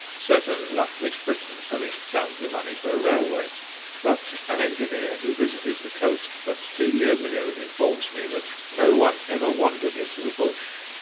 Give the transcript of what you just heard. certain luckless britons having found the money for a railway but an engineer who visited the coast but two years ago informs me that no one ever wandered into the bush.